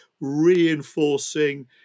reinforcing